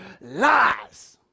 lies